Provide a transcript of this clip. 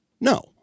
No